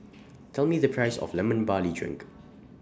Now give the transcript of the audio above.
Tell Me The Price of Lemon Barley Drink